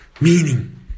meaning